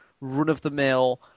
run-of-the-mill